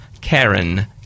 Karen